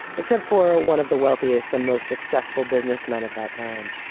except for ah one of the wealthiest and most successful businessmen of that time,